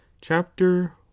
Chapter